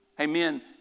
amen